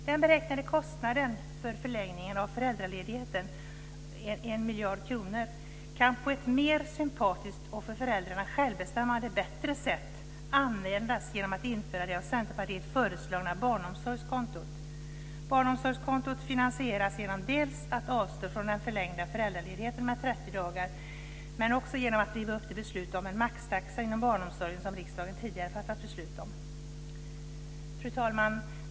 Den beräknade kostnaden för förlängningen av föräldraledigheten, 1 miljard kronor, kan på ett mer sympatiskt och för föräldrarnas självbestämmande bättre sätt användas genom att införa det av Centerpartiet föreslagna barnomsorgskontot. Barnomsorgskontot finansieras genom att dels avstå från att förlänga föräldraledigheten med 30 dagar, dels riva upp det beslut om en maxtaxa inom barnomsorgen som riksdagen tidigare har fattat beslut om. Fru talman!